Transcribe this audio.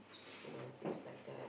you know things like that